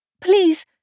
Please